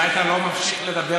אולי אתה לא ממשיך לדבר,